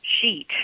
sheet